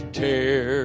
tear